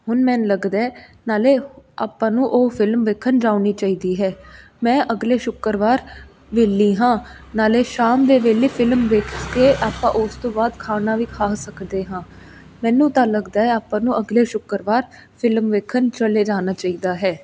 ਹੁਣ ਮੈਨੂੰ ਲੱਗਦਾ ਨਾਲ ਆਪਾਂ ਨੂੰ ਉਹ ਫਿਲਮ ਵੇਖਣ ਜਾਣੀ ਚਾਹੀਦੀ ਹੈ ਮੈਂ ਅਗਲੇ ਸ਼ੁੱਕਰਵਾਰ ਵਿਹਲੀ ਹਾਂ ਨਾਲ ਸ਼ਾਮ ਦੇ ਵੇਲੇ ਫਿਲਮ ਵੇਖ ਕੇ ਆਪਾਂ ਉਸ ਤੋਂ ਬਾਅਦ ਖਾਣਾ ਵੀ ਖਾ ਸਕਦੇ ਹਾਂ ਮੈਨੂੰ ਤਾਂ ਲੱਗਦਾ ਆਪਾਂ ਨੂੰ ਅਗਲੇ ਸ਼ੁੱਕਰਵਾਰ ਫਿਲਮ ਵੇਖਣ ਚਲੇ ਜਾਣਾ ਚਾਹੀਦਾ ਹੈ